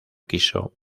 quiso